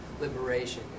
liberation